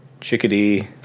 Chickadee